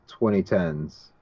2010s